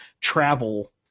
travel